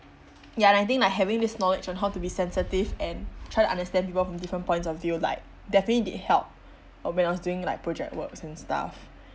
ya and I think like having this knowledge on how to be sensitive and try to understand people from different points of view like definitely did help um when I was doing like project works and stuff